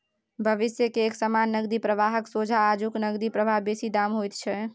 भविष्य के एक समान नकदी प्रवाहक सोंझा आजुक नकदी प्रवाह बेसी दामी होइत छै